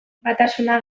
batasuna